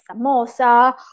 samosa